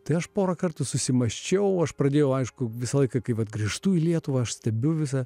tai aš porą kartų susimąsčiau aš pradėjau aišku visą laiką kai vat grįžtų į lietuvą aš stebiu vizą